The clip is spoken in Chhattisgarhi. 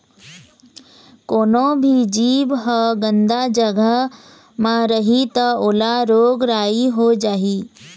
कोनो भी जीव ह गंदा जघा म रही त ओला रोग राई हो जाही